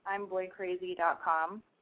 imboycrazy.com